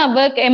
work